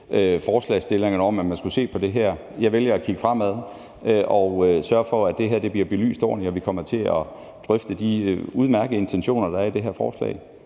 forslagsstillerne om, at man skulle se på det her. Jeg vælger at kigge fremad og sørge for, at det her bliver belyst ordentligt, og at vi kommer til at drøfte de udmærkede intentioner, der er i det her forslag.